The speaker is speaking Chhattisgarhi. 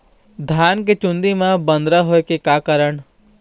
धान के चुन्दी मा बदरा होय के का कारण?